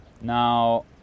Now